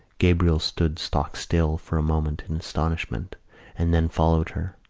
gabriel stood stock-still for a moment in astonishment and then followed her.